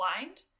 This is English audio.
blind